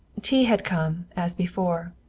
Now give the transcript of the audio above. tea had come, as before.